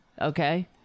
okay